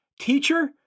teacher